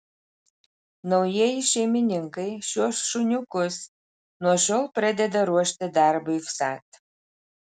naujieji šeimininkai šiuos šuniukus nuo šiol pradeda ruošti darbui vsat